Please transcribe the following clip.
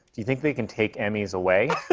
do you think they can take emmys away?